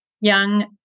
young